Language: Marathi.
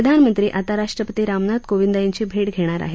प्रधानमंत्री आता राष्ट्रपती रामनाथ कोविंद यांची भेट घेणार आहेत